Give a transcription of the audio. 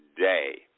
day